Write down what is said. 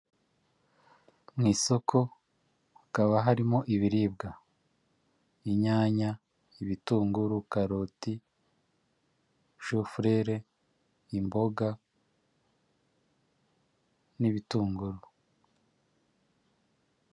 Mu isoko hakaba harimo ibiribwa; inyanya, ibitunguru, karoti, shufurere, imboga n'ibitunguru.